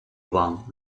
вам